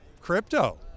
crypto